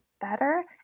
better